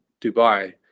Dubai